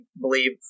believe